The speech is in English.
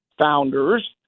founders